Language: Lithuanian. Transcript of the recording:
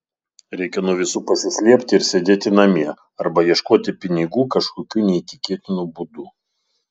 reikia nuo visų pasislėpti ir sėdėti namie arba ieškoti pinigų kažkokiu neįtikėtinu būdu